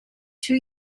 two